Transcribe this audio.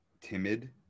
timid